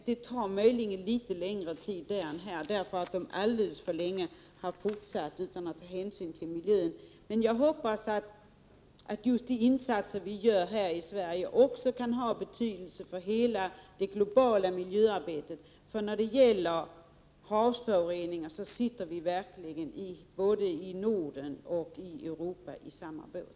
Det tar möjligen litet längre tid där än här, för de har alldeles för länge låtit industrin verka utan att ta hänsyn till miljön. Men jag hoppas att just de insatser vi gör här i Sverige även kan ha betydelse för hela det globala miljöarbetet. När det gäller havsföroreningar sitter vi verkligen, både i Norden och i Europa, i samma båt.